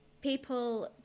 people